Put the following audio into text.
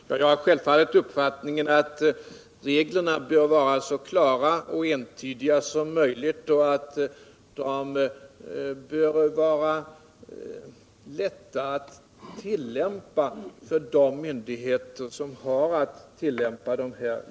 Herr talman! Jag har självfallet uppfattningen att reglerna bör vara så klara och entydiga som möjligt och att de bör vara lätta att tillämpa för de myndigheter som har att tillämpa dem.